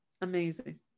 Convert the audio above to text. amazing